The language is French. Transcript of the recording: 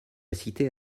cité